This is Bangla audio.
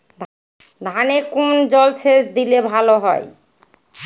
ধানে কোন জলসেচ দিলে ভাল হয়?